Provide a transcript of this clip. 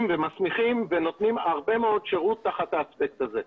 ומסמיכים ונותנים שירות רב תחת האספקט הזה.